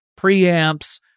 preamps